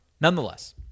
nonetheless